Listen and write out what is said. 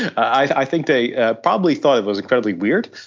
i think they probably thought it was incredibly weird,